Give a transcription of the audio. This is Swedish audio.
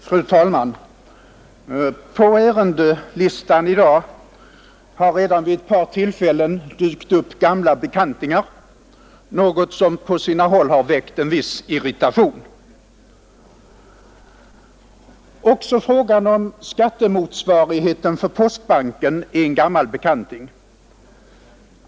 Fru talman! På ärendelistan i dag har redan vid ett par tillfällen dykt upp gamla bekantingar, något som på sina håll har väckt en viss irritation. Också frågan om skattemotsvarigheten för postbanken är en gammal bekanting.